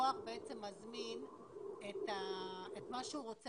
שהלקוח בעצם מזמין את מה שהוא רוצה